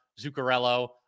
Zuccarello